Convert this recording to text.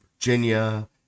Virginia